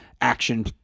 action